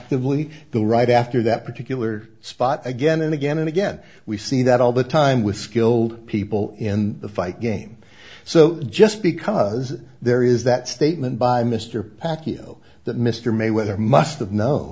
actively the right after that particular spot again and again and again we see that all the time with skilled people in the fight game so just because there is that statement by mr pack you know that mr mayweather must have kno